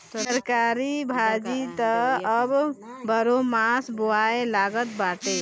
तरकारी भाजी त अब बारहोमास बोआए लागल बाटे